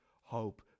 hope